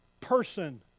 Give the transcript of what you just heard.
person